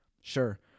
Sure